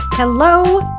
Hello